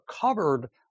covered